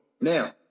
Now